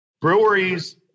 Breweries